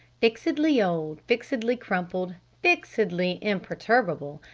fixedly old, fixedly crumpled, fixedly imperturbable,